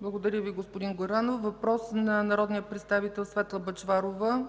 Благодаря Ви, господин Горанов. Въпрос на народния представител Светла Бъчварова